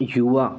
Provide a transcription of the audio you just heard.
युवा